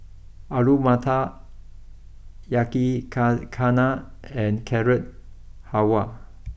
Alu Matar Yakizakana and Carrot Halwa